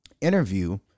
interview